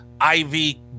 Ivy